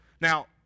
Now